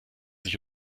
sich